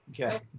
Okay